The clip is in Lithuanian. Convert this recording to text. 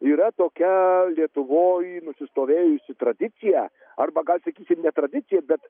yra tokia lietuvoj nusistovėjusi tradicija arba gal sakykim ne tradicija bet